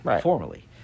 formally